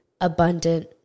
abundant